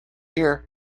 here